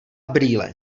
brýle